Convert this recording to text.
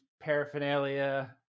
paraphernalia